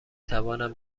توانم